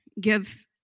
give